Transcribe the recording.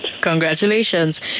congratulations